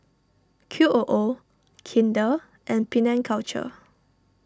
Q O O Kinder and Penang Culture